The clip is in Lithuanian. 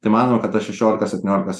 tai manoma kad tas šešiolikos septyniolikos